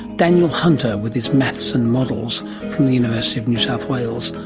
daniel hunter with his maths and models from the university of new south wales,